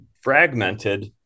fragmented